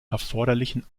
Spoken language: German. erforderlichen